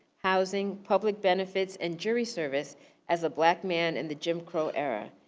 housing, public benefits and jury service as a black man in the jim crow era.